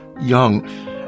young